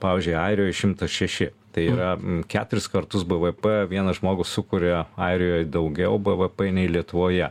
pavyzdžiui airijoj šimtas šeši tai yra keturis kartus bvp vienas žmogus sukuria airijoj daugiau bvp nei lietuvoje